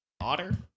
otter